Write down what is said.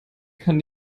kann